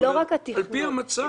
על פי המצב,